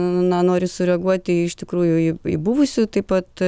na noriu sureaguoti iš tikrųjų buvusių taip pat